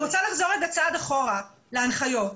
אחזור רגע צעד אחורה להנחיות.